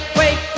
wait